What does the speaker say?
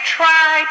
try